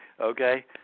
Okay